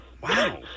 Wow